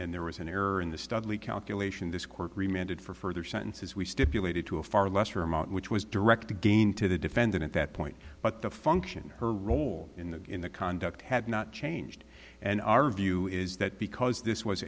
and there was an error in the studly calculation this court reminded for further sentences we stipulated to a far lesser amount which was direct again to the defendant at that point but the function her role in the in the conduct had not changed and our view is that because this was